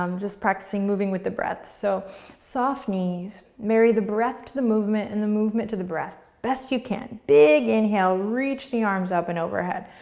um just practicing moving with the breath. so soft knees, marry the breath to the movement and the movement to the breath, best you can. big inhale, reach the arms up and overhead.